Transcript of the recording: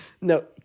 No